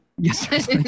Yes